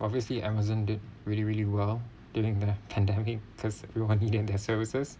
obviously Amazon did really really well during the pandemic because we only want their services